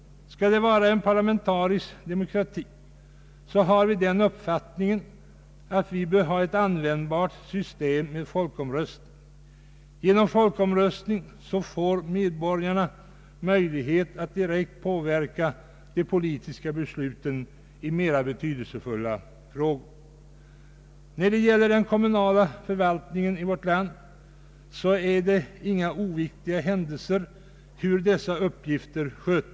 Vi har den uppfattningen att skall det vara en parlamentarisk demokrati, bör vi ha ett användbart system med folkomröstning. Genom folkomröstning får medborgarna möjlighet att direkt påverka de politiska besluten i mera betydeisefulla frågor. När det gäller den kommunala förvaltningen i vårt land är det inte oviktigt hur dess uppgifter skötes.